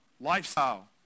Lifestyle